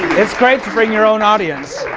it's great to bring your own audience.